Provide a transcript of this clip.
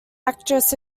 actress